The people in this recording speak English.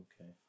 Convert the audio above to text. Okay